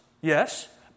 yes